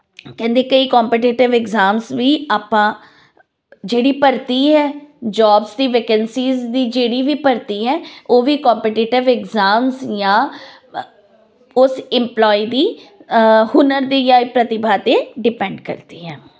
ਕਹਿੰਦੇ ਕਈ competitive exams ਵੀ ਆਪਾਂ ਜਿਹੜੀ ਭਰਤੀ ਹ ਜੋਬਸ ਦੀ ਵੈਕੈਂਸੀਜ ਦੀ ਜਿਹੜੀ ਵੀ ਭਰਤੀ ਹ ਉਹ ਵੀ ਕੋਪੀਟੀਟਿਵ ਇਗਜ਼ਾਮ ਜਾਂ ਉਸ ਇਮਪਲੋਈ ਦੀ ਹੁਨਰ ਤੇ ਯਾਂ ਪ੍ਰਤਿਭਾ ਤੇ ਡਿਪੈਂਡ ਕਰਦੀ ਹੈ